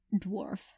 dwarf